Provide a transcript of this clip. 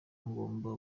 ngomba